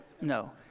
No